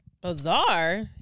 Bizarre